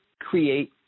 create